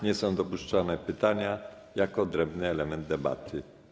Nie są dopuszczalne pytania jako odrębny element debaty.